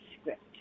script